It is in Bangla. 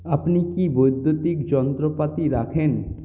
আপনি কি বৈদ্যুতিক যন্ত্রপাতি রাখেন